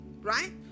right